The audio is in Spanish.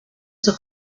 sus